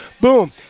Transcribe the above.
Boom